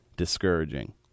discouraging